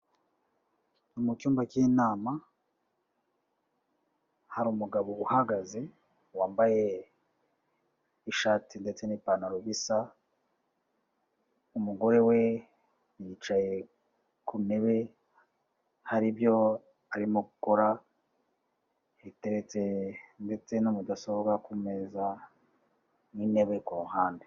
Mu cyumba cy'inama hari umugabo uhagaze wambaye ishati ndetse n'ipantaro bisa, umugore we yicaye ku ntebe hari ibyo arimo gukora, hateretse ndetse na mudasobwa ku meza n'intebe ku ruhande.